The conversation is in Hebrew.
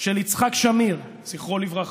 של יצחק שמיר, זכרו לברכה,